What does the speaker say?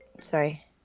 sorry